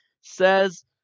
says